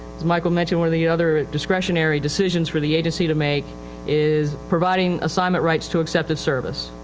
as michael mentioned one of the other discretionary decisions for the agency to make is providing assignment rights to accepted service.